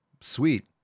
Sweet